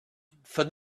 for